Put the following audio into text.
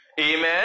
Amen